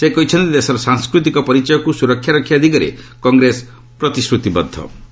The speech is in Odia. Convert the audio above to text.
ସେ କହିଛନ୍ତି ଦେଶର ସାଂସ୍କୃତିକ ପରିଚୟକୁ ସୁରକ୍ଷା ରଖିବା ଦିଗରେ କଂଗ୍ରେସ ପ୍ରତିଶ୍ରତିବଦ୍ଧ ରହିଛି